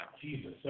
Jesus